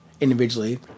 individually